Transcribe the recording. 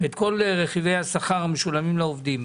את כל רכיבי השכר המשולמים לעובדים.